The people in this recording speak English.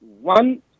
One